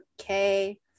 okay